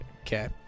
Okay